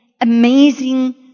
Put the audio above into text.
amazing